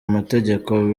amategeko